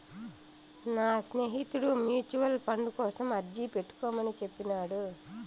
నా స్నేహితుడు mutual fund కోసం అర్జీ పెట్టుకోమని చెప్పినాడు